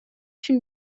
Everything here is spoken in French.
une